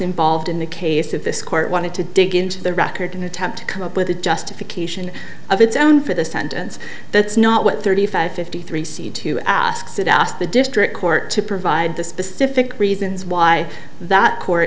involved in the case of this court wanted to dig into the record and attempt to come up with a justification of its own for the sentence that's not what thirty five fifty three see to ask that asked the district court to provide the specific reasons why that court